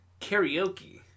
Karaoke